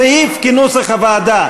סעיף, כנוסח הוועדה.